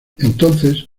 entonces